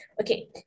Okay